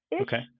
Okay